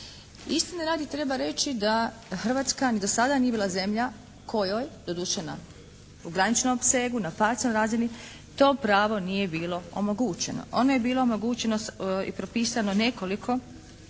Istine radi treba reći da Hrvatska ni do sada nije bila zemlja kojoj doduše u graničnom opsegu, na …/Govornik se ne razumije./… razini to pravo nije bilo omogućeno. Ono je bilo omogućeno i propisano nekoliko,